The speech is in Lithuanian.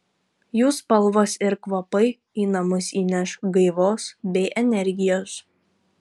jų spalvos ir kvapai į namus įneš gaivos bei energijos